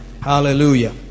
Hallelujah